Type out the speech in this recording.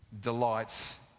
delights